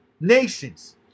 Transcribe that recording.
nations